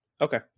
Okay